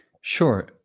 Sure